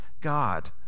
God